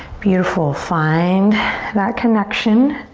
beautiful, find and that connection.